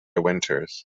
winters